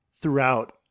throughout